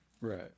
Right